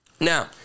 Now